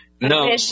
No